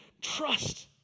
trust